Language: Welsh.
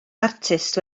artist